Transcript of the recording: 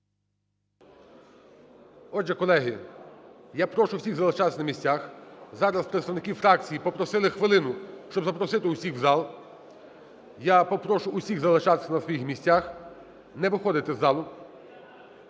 Отже, колеги, я прошу всіх залишатися на місцях. Зараз представники фракцій попросили хвилину, щоб запросити всіх у зал. Я попрошу всіх залишатися на своїх місцях, не виходити з залу.